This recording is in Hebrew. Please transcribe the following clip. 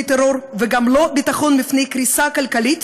טרור וגם לא ביטחון מפני קריסה כלכלית,